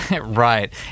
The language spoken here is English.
Right